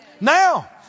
Now